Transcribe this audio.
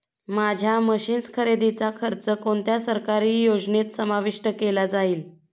माझ्या मशीन्स खरेदीचा खर्च कोणत्या सरकारी योजनेत समाविष्ट केला जाईल?